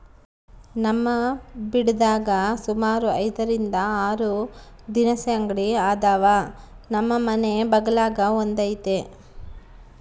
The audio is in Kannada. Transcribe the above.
ನಮ್ ಬಿಡದ್ಯಾಗ ಸುಮಾರು ಐದರಿಂದ ಆರು ದಿನಸಿ ಅಂಗಡಿ ಅದಾವ, ನಮ್ ಮನೆ ಬಗಲಾಗ ಒಂದೈತೆ